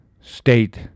state